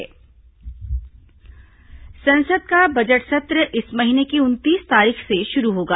संसद सत्र संसद का बजट सत्र इस महीने की उनतीस तारीख से शुरू होगा